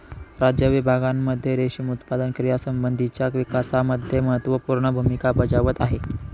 राज्य विभागांमध्ये रेशीम उत्पादन क्रियांसंबंधीच्या विकासामध्ये महत्त्वपूर्ण भूमिका बजावत आहे